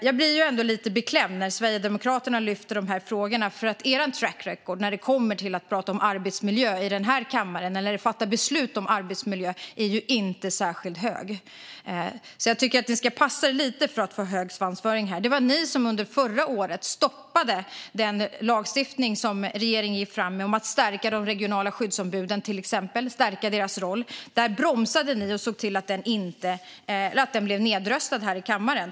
Jag blir ändå lite beklämd när Sverigedemokraterna lyfter de här frågorna, för er track record när det kommer till att fatta beslut om arbetsmiljö här i kammaren är ju inte särskilt bra. Jag tycker därför att ni ska passa er lite för att ha en för hög svansföring. Det var ni som under förra året stoppade den lagstiftning som regeringen gick fram med om att stärka de regionala skyddsombudens roll till exempel. Ni bromsade och såg till att den blev nedröstad här i kammaren.